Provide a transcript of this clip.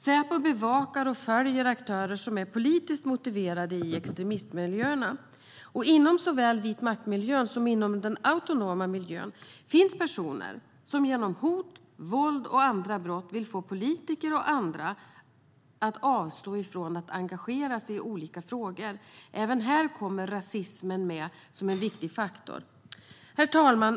Säpo bevakar och följer aktörer som är politiskt motiverade i extremistmiljöerna, och inom såväl vitmaktmiljön som den autonoma miljön finns personer som genom hot, våld och andra brott vill få politiker och andra att avstå från att engagera sig i olika frågor. Även här kommer rasismen med som en viktig faktor. Herr talman!